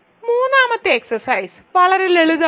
മൂന്നാമത്തെ എക്സർസൈസ് വളരെ ലളിതമാണ്